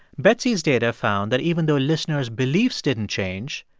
betsy's data found that even though listeners' beliefs didn't change,